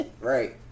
Right